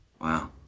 Wow